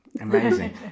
Amazing